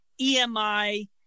EMI